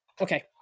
Okay